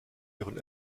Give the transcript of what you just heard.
ihren